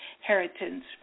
inheritance